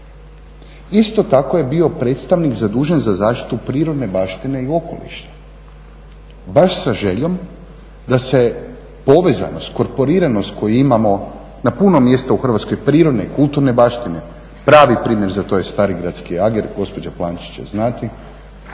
Isto tako je bio predstavnik zadužen za zaštitu prirodne baštine i okoliša, baš sa željom da se povezanost, korporiranost koju imamo na puno mjesta u Hrvatskoj, prirodne i kulturne baštine, pravi primjer za to je starigradski …, gospođa Plančić će znati,